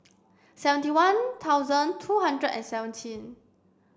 seventy one thousand two hundred and seventeen